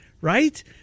Right